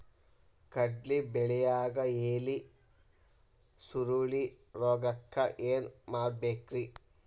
ಕಡ್ಲಿ ಬೆಳಿಯಾಗ ಎಲಿ ಸುರುಳಿರೋಗಕ್ಕ ಏನ್ ಮಾಡಬೇಕ್ರಿ?